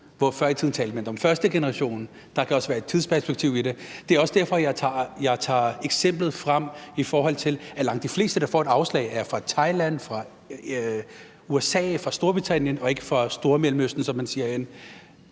hvor man før i tiden talte om første generation. Der kan også være et tidsperspektiv i det. Det er også derfor, jeg tager eksemplet frem om, at langt de fleste, der får et afslag, er fra Thailand, fra USA eller fra Storbritannien og ikke fra Stormellemøsten, som man siger herinde.